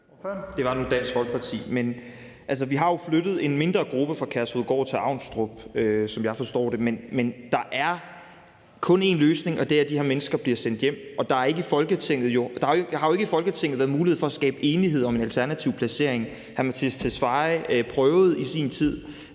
Det var nu Dansk Folkeparti. Vi har jo flyttet en mindre gruppe fra Kærshovedgård til Avnstrup, som jeg forstår det, men der er kun én løsning, og det er, at de her mennesker bliver sendt hjem. Der har jo ikke i Folketinget været mulighed for at skabe enighed om en alternativ placering. Hr. Mattias Tesfaye prøvede i sin tid